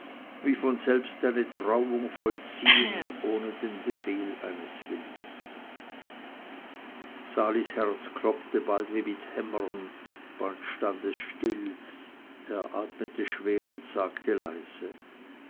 wie von selbst eine trauung vollziehend ohne den befehl eines willens salis herz klopfte bald wie mit hämmern bald stand es still er atmete schwer und sagte leise